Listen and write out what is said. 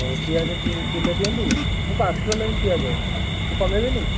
ହଉ ପିଆଜ କି କିଲୋ ଦିଅନ୍ତୁ ମୁଁ ପାଞ୍ଚ କିଲୋ ନେବି ପିଆଜ କମେଇବେନି